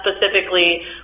specifically